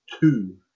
two